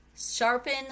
sharpen